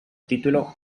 título